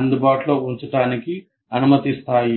అందుబాటులో ఉంచడానికి అనుమతిస్తాయి